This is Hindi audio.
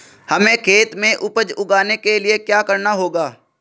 हमें खेत में उपज उगाने के लिये क्या करना होगा?